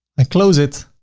i close it,